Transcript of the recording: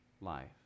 life